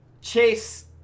Chase